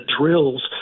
drills